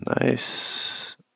nice